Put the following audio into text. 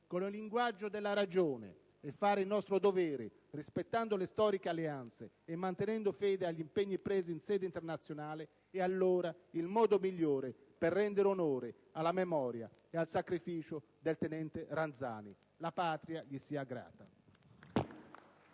con il linguaggio della ragione e fare il nostro dovere, rispettando le storiche alleanze e mantenendo fede agli impegni presi in sede internazionale, è allora il modo migliore per rendere onore alla memoria e al sacrificio del tenente Ranzani. La Patria gli sia grata.